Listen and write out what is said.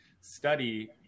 study